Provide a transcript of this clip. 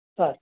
sir